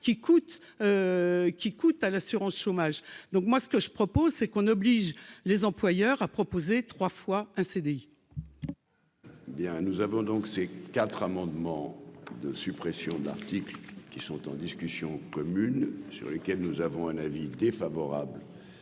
qui coûtent à l'assurance chômage, donc moi ce que je propose, c'est qu'on oblige les employeurs à proposer trois fois un CDI.